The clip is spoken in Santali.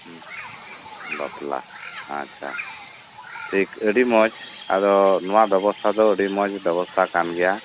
ᱵᱟᱯᱞᱟ ᱟᱪᱪᱷᱟ ᱴᱷᱤᱠ ᱟᱹᱰᱤ ᱢᱚᱸᱡᱽ ᱟᱫᱚ ᱱᱚᱣᱟ ᱵᱮᱵᱚᱥᱛᱷᱟ ᱫᱚ ᱟᱹᱰᱤ ᱢᱚᱸᱡᱽ ᱵᱮᱵᱚᱥᱛᱷᱟ ᱠᱟᱱ ᱜᱮᱭᱟ